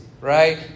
right